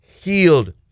healed